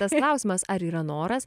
tas klausimas ar yra noras